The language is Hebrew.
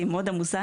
שהיא מאוד עמוסה,